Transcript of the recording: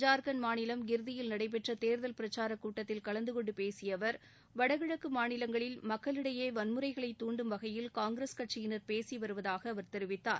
ஜார்கண்ட் மாநிலம் கிர்தியில் நடைபெற்ற தேர்தல் பிரச்சாரக் கூட்டத்தில் கலந்து கொண்டு பேசிய அவர் வடகிழக்கு மாநிலங்களில் மக்களிடையே வன்முறைகளை துண்டும் வகையில் காங்கிரஸ் கட்சியினர் பேசி வருவதாக அவர் தெரிவித்தார்